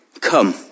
come